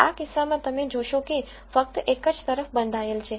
આ કિસ્સામાં તમે જોશો કે તે ફક્ત એક તરફ જ બંધાયેલ છે